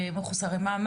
אלא במקומות אחרים,